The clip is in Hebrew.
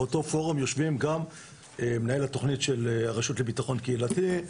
באותו פורום יושבים גם מנהל התוכנית של הרשות לביטחון קהילתי,